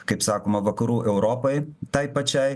kaip sakoma vakarų europai tai pačiai